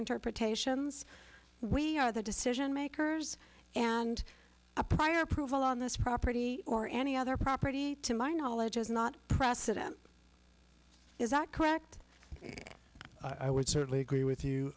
interpretations we are the decision makers and a prior approval on this property or any other property to my knowledge is not precedent is not correct and i would certainly agree with you